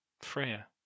Freya